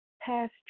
past